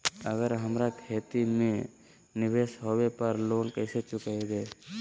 अगर हमरा खेती में निवेस होवे पर लोन कैसे चुकाइबे?